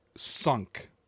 sunk